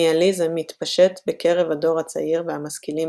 הניהיליזם התפשט בקרב הדור הצעיר והמשכילים